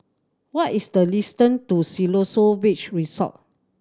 what is the to Siloso Beach Resort